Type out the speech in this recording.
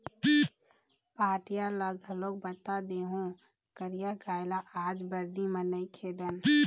पहाटिया ल घलोक बता देहूँ करिया गाय ल आज बरदी म नइ खेदन